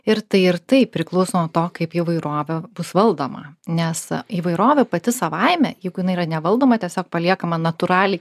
ir tai ir tai priklauso nuo to kaip įvairovė bus valdoma nes įvairovė pati savaime jeigu jinai yra nevaldoma tiesiog paliekama natūraliai